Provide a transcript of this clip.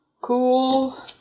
cool